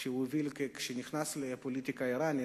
שהוא הוביל כשהוא נכנס לפוליטיקה האירנית.